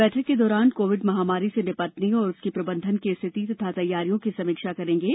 बैठक के दौरान कोविड महामारी से निपटने और उसके प्रबंधन की रिथिति तथा तैयारियों की समीक्षा करेंगे